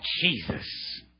Jesus